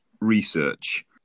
research